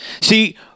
See